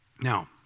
Now